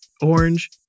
Orange